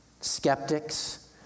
skeptics